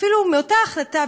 אפילו מאותה החלטה,